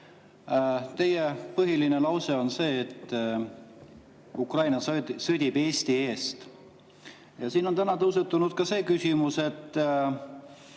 Teie põhiline lause on see, et Ukraina sõdib Eesti eest. Siin on täna tõusetunud ka see küsimus, et